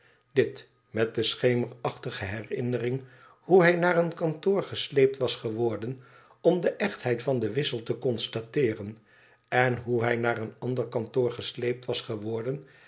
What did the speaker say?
dit met de schemerachtige herinnering hoe hij naar een kantoor gesleept was geworden om de echtheid van den wissel te constateeren en hoe hij naar een ander kantoor gesleept was geworden